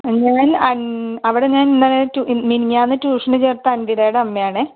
ഞാൻ ഞാൻ അവിടെ ഞാൻ ഇന്നലെ ടു മിനിഞ്ഞാന്ന് ട്യൂഷന് ചേർത്ത അഞ്ജിതേടെ അമ്മയാണ്